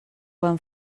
van